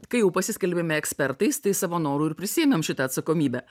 kai jau paskelbėme ekspertais tai savo noru ir prisiėmėm šitą atsakomybę